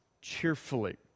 cheerfully